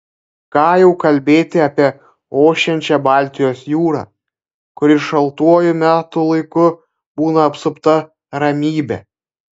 ką jau kalbėti apie ošiančią baltijos jūrą kuri šaltuoju metų laiku būna apsupta ramybe